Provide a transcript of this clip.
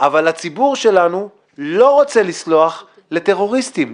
אבל הציבור שלנו לא רוצה לסלוח לטרוריסטים,